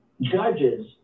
judges